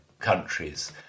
countries